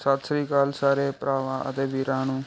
ਸਤਿ ਸ਼੍ਰੀ ਅਕਾਲ ਸਾਰੇ ਭਰਾਵਾਂ ਅਤੇ ਵੀਰਾਂ ਨੂੰ